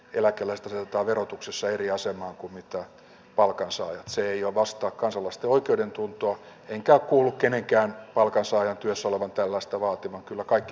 eläkeläistä silta verotuksessa eri asemaan kumittaa palkkansa sujuvasta kaasuvasteoikeudentuntoa enkä kuulu kenenkään palkansaajien työsulun pelastavaa kyllä kaikki